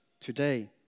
today